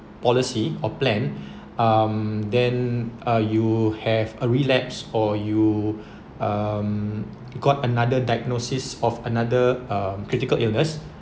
policy or plan um then uh you have a relapse or you um got another diagnosis of another um critical illness